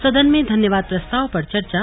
सदन में धन्यवाद प्रस्ताव पर चर्चा